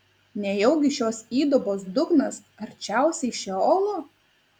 nejaugi šios įdubos dugnas arčiausiai šeolo